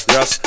Yes